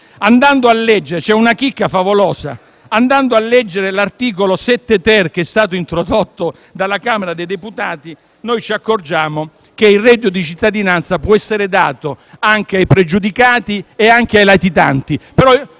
favolosa. Leggendo l'articolo 7-*ter,* che è stato introdotto alla Camera dei deputati, ci accorgiamo che il reddito di cittadinanza può essere dato anche ai pregiudicati e ai latitanti,